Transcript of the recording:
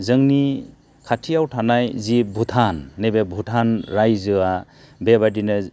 जोंनि खाथियाव थानाय जे भुटान नैबे भुटान राइजोआ बेबायदिनो